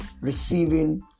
receiving